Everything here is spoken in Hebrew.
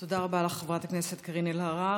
תודה רבה לך, חברת הכנסת קארין אלהרר.